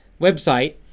website